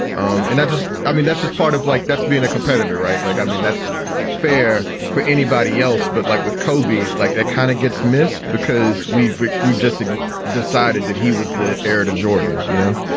um and i just i mean, that's just part of like that's being a competitor, right? like, i mean, that's fair for anybody else. but like with kobe, like, it kind of gets missed because we we just decided that he was the heir to jordan you know,